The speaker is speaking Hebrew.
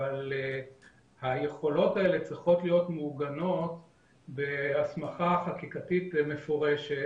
אבל היכולות האלה צריכות להיות מעוגנות בהסמכה חקיקתית מפורשת